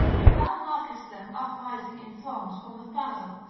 if thou markest them uprising in throngs from the fallow,